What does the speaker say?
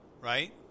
right